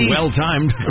Well-timed